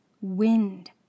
Wind